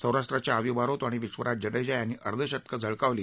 सौराष्ट्राच्या अवी बारोत आणि विश्वराज जडेजा यांनी अर्धशतकं झळकावली